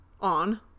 on